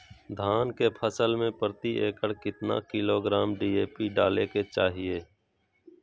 धान के फसल में प्रति एकड़ कितना किलोग्राम डी.ए.पी डाले के चाहिए?